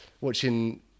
watching